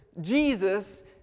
Jesus